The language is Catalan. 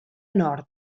nord